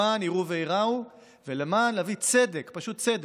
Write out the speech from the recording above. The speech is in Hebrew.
למען יראו וייראו ולמען להביא צדק, פשוט צדק,